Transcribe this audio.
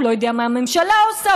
הוא לא יודע מה הממשלה עושה,